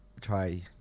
try